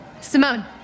Simone